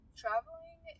traveling